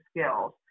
skills